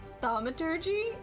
Thaumaturgy